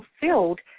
fulfilled